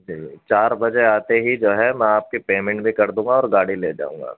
جی چار بجے آتے ہی جو ہے میں آپ کی پیمنٹ بھی کر دوں گا اور گاڑی لے جاؤں گا